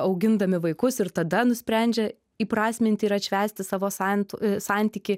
augindami vaikus ir tada nusprendžia įprasminti ir atšvęsti savo sant santykį